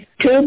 two